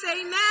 Amen